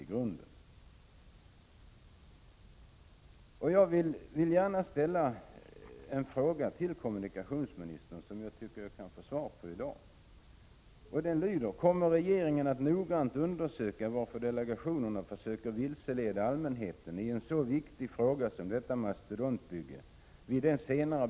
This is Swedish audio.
Jag vill gärna fråga kommunikationsministern, och jag tycker jag borde kunna få ett svar i dag: Kommer regeringen vid den senare behandling som kommunikationsministern talar om i sitt svar att noggrant undersöka varför delegationerna försöker vilseleda allmänheten i en så viktig fråga som detta mastodontbygge?